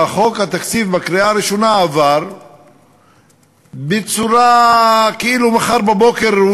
חוק התקציב עבר בקריאה הראשונה כאילו מחר בבוקר הוא